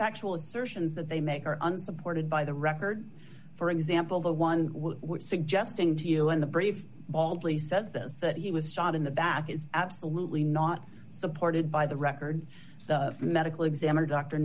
factual assertions that they make are unsupported by the record for example the one suggesting to you and the brave baldly says this that he was shot in the back is absolutely not supported by the record the medical examiner d